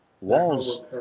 Walls